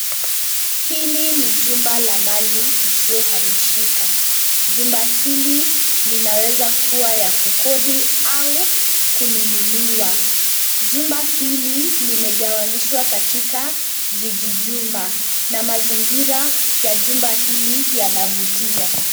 Hili ni jumba la mali isiyohamishika. Jumba hili linaweza kuwa ya kukodi au kununuliwa. Jumba hili limegawanyishwa katika vijijumba na mazingira ya jumba hili yanavutia.